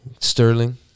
Sterling